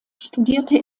studierte